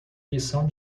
lição